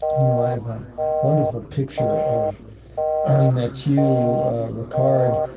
you know, i have a wonderful picture of um matthieu ricard.